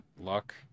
luck